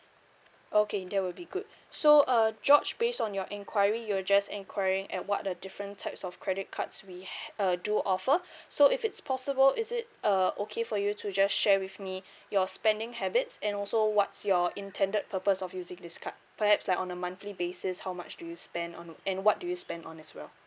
okay that would be good so uh george based on your enquiry you were just enquiring at what the different types of credit cards we uh do offer so if it's possible is it uh okay for you to just share with me your spending habits and also what's your intended purpose of using this card perhaps like on a monthly basis how much do you spend on and what do you spend on as well